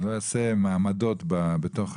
אני לא אעשה מעמדות בצבא,